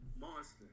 monster